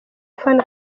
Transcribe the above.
fan